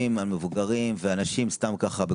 שכשהמבוגרים והאנשים סתם ככה יושבים